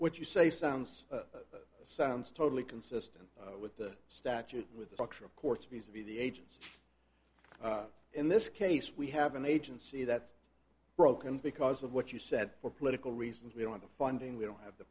what you say sounds sounds totally consistent with the statute with the doctor of course because of the agents in this case we have an agency that's broken because of what you said for political reasons we don't have the funding we don't have the